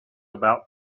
about